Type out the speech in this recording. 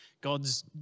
God's